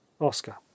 Oscar